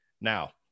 Now